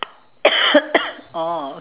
oh